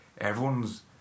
everyone's